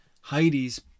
Heidi's